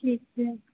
ठीक है